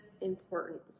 important